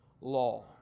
law